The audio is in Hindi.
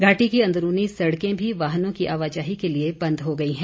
घाटी की अंदरूनी सड़कें भी वाहनों आवाजाही के लिए बंद हो गई हैं